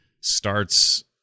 starts